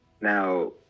Now